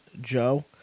Joe